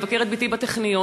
לבקר את בתי בטכניון,